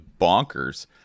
bonkers